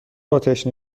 آتش